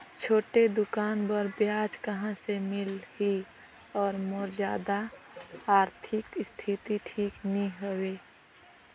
छोटे दुकान बर ब्याज कहा से मिल ही और मोर जादा आरथिक स्थिति ठीक नी हवे?